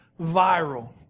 viral